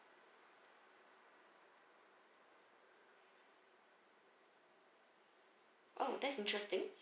oh that's interesting